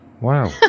Wow